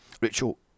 Rachel